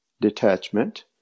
detachment